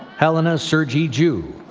helena sergie joo.